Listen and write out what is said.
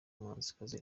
umuhanzikazi